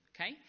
okay